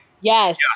Yes